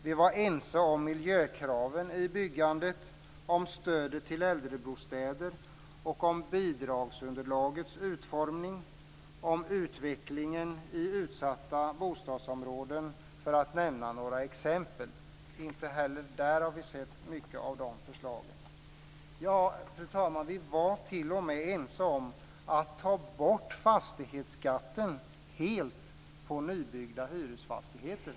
Vi var ense om miljökravet i byggandet, om stödet till äldrebostäder, om bidragsunderlagets utformning och om utvecklingen i utsatta bostadsområden, för att nämna några exempel. Inte heller på de områdena har vi sett mycket av förslag. Fru talman! Vi var till och med ense om att ta bort fastighetsskatten helt på nybyggda hyresfastigheter.